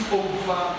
over